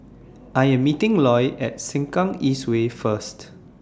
I Am meeting Loy At Sengkang East Way First